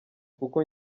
kuko